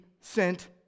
sent